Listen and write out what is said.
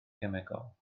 cemegol